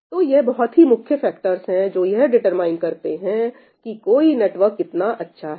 तो ये बहुत ही मुख्य फैक्टर्स है जो यह डिटरमाइन करते हैं कि कोई नेटवर्क कितना अच्छा है